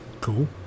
cool